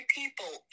people